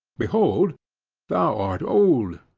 behold thou art old,